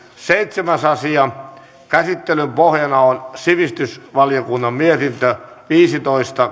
seitsemäs asia käsittelyn pohjana on sivistysvaliokunnan mietintö viisitoista